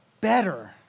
better